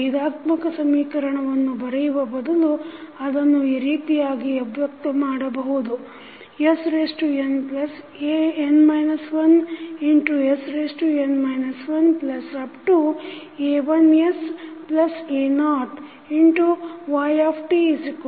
ಭೇದಾತ್ಮಕ ಸಮೀಕರಣವನ್ನು ಬರೆಯುವ ಬದಲು ಅದನ್ನು ಈ ರೀತಿಯಾಗಿ ಅವ್ಯಕ್ತ ಮಾಡಬಹುದು snan 1sn 1